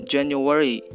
January